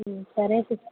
సరే స